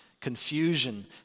confusion